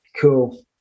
Cool